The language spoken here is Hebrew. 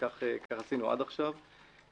כך עשינו עד כה.